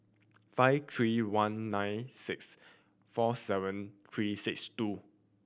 five three one nine six four seven three six two